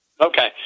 Okay